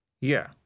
Yeah